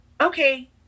okay